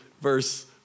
verse